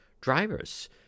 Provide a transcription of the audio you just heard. drivers